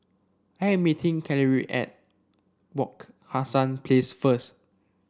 I am meeting Carlyle at Wak Hassan Place first